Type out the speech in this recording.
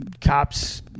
cops